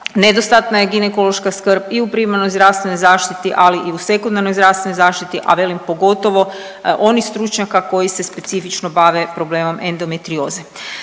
nedostatna je ginekološka skrbi i u primarnoj zdravstvenoj zaštiti, ali i u sekundarnoj zdravstvenoj zaštiti, a velim, pogotovo onih stručnjaka koji se specifično bave problemom endometrioze.